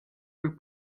per